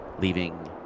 leaving